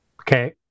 Okay